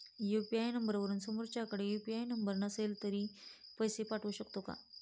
UPI नंबरवरून समोरच्याकडे UPI number नसेल तरी पैसे पाठवू शकते का?